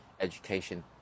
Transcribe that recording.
education